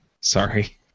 sorry